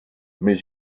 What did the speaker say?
mais